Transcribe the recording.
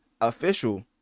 official